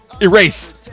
Erase